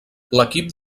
l’equip